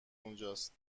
اونجاست